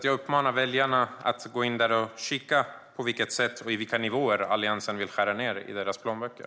Jag uppmanar väljarna att läsa där på vilket sätt och på vilka nivåer Alliansen vill skära ned i deras plånböcker.